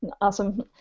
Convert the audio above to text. Awesome